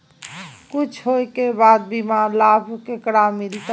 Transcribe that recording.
कुछ होय के बाद बीमा लाभ केकरा मिलते?